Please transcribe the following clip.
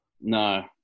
No